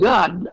God